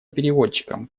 переводчикам